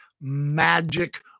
magic